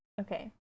Okay